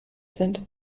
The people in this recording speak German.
sind